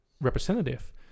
representative